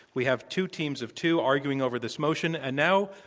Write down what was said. we have two teams of two arguing over this motion. and now,